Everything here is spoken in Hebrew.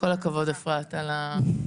כל הכבוד, אפרת, על ההתעקשות.